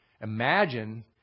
Imagine